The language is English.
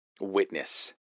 witness